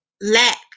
lack